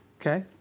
Okay